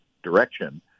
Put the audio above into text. direction